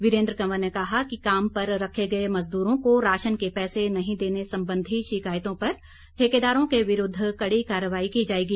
वीरेन्द्र कंवर ने कहा कि काम पर रखे गए मजदूरों को राशन के पैसे नहीं देने संबंधी शिकायतों पर ठेकेदारों के विरूद्व कड़ी कार्रवाई की जाएगी